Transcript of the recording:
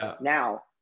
Now